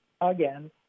again